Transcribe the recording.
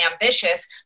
ambitious